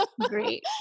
Great